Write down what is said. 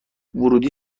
ورودی